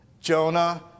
Jonah